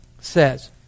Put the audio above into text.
says